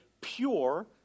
pure